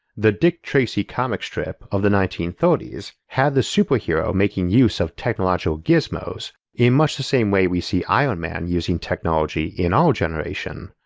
the dick tracey comic strip of the nineteen thirty s had the super hero making use of technology gizmos in much the same way we see ironman using technology in our generation.